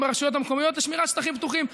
ברשויות המקומיות לשמירה על שטחים פתוחים.